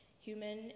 human